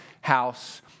house